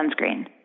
sunscreen